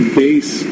base